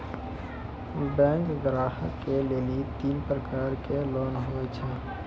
Bank ग्राहक के लेली तीन प्रकर के लोन हुए छै?